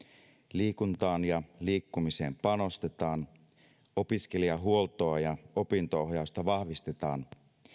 liikuntaan ja liikkumiseen panostetaan opiskelijahuoltoa ja opinto ohjausta vahvistetaan